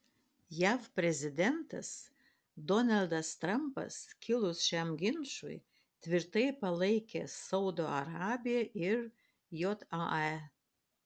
jav prezidentas donaldas trampas kilus šiam ginčui tvirtai palaikė saudo arabiją ir jae